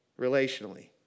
relationally